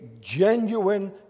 genuine